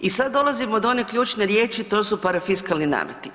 I sad dolazimo do one ključne riječi, to su parafiskalni nameti.